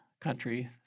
country